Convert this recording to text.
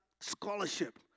scholarship